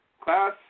Class